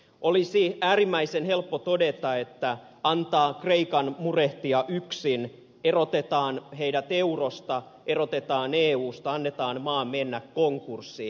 olisi äärimmäisen helppo todeta että antaa kreikan murehtia yksin erotetaan heidät eurosta erotetaan eusta annetaan maan mennä konkurssiin